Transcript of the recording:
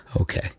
Okay